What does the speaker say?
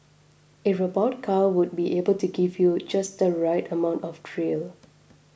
a robot car would be able give you just the right amount of thrill